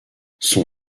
son